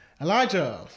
Elijah